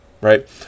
right